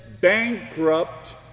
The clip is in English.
Bankrupt